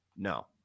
No